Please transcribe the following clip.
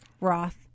Roth